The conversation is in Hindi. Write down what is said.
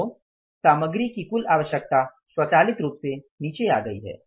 तो सामग्री की कुल आवश्यकता स्वचालित रूप से नीचे आ गई है